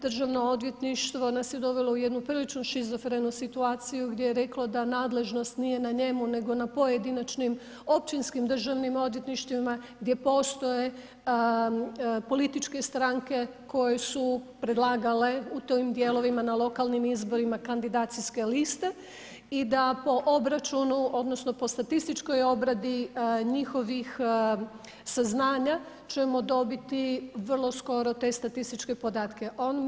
Državno odvjetništvo nas je dovelo u jednu prilično šizofrenu situaciju gdje je reklo da nadležnost nije na njemu nego na pojedinačnim općinskim državnim odvjetništvima gdje postoje političke stranke koje su predlagale u tim dijelovima na lokalnim izborima kandidacijske liste i da po obračunu odnosno po statističkoj obradi njihovih saznanja ćemo dobiti vrlo skoro te statističke podatke.